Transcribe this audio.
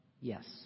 Yes